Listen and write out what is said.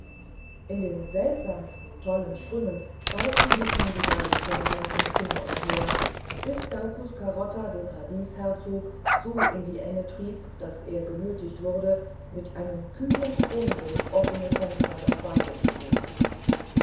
in den seltsamsten tollen sprüngen balgten sich nun die beiden kleinen im zimmer umher bis daucus carota den radiesherzog so in die enge trieb daß er genötigt wurde mit einem kühnen sprung durchs öffne fenster das weite zu suchen